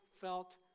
felt